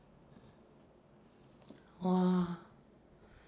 !wah!